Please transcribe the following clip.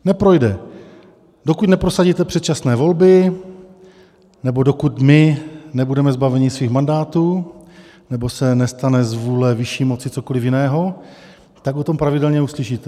Neprojde, dokud neprosadíte předčasné volby nebo dokud my nebudeme zbaveni svých mandátů nebo se nestane z vůle vyšší moci cokoliv jiného, tak o tom pravidelně uslyšíte.